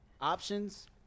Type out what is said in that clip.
options